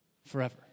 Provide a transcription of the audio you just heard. Forever